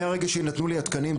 מהרגע שיינתנו לי התקנים,